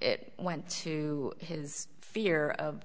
it went to his fear of